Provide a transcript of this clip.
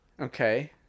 Okay